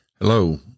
hello